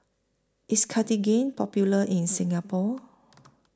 IS Cartigain Popular in Singapore